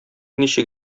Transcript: ничек